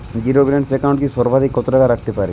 Zero balance account এ সর্বাধিক কত টাকা রাখতে পারি?